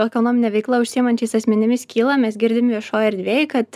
ekonomine veikla užsiimančiais asmenimis kyla mes girdim viešoj erdvėj kad